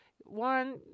One